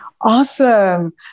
Awesome